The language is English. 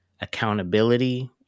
accountability